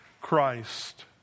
Christ